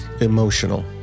emotional